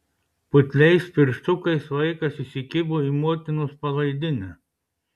putliais pirštukais vaikas įsikibo į motinos palaidinę